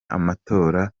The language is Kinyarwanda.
amatora